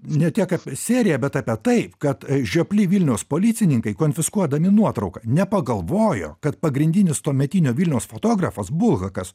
ne tiek apie seriją bet apie tai kad žiopli vilniaus policininkai konfiskuodami nuotrauką nepagalvojo kad pagrindinis tuometinio vilniaus fotografas bulhakas